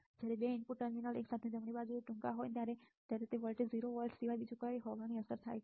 જ્યારે 2 input terminal એકસાથે જમણી બાજુએ ટૂંકા હોય ત્યારે આઉટપુટ વોલ્ટેજ 0 વોલ્ટ સિવાય બીજું કંઈક હોવાની અસર થાય છે